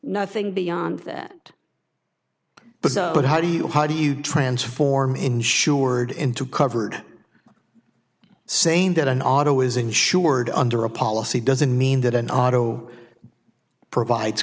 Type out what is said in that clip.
nothing beyond that but how do you how do you transform insured into covered saying that an auto is insured under a policy doesn't mean that an auto provides